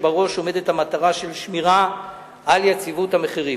ובראש עומדת המטרה של שמירה על יציבות המחירים.